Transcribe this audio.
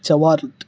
சவார்லெட்